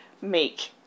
make